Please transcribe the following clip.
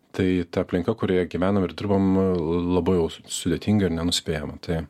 tai ta aplinka kurioje gyvenam ir dirbam labai jau su sudėtinga ir nenuspėjama tai